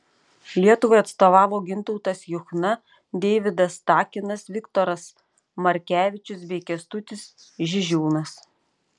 lietuvai atstovavo gintautas juchna deividas takinas viktoras markevičius bei kęstutis žižiūnas